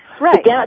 Right